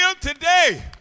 today